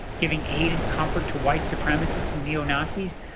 giving aid and comfort to white supremacists and neo-nazis.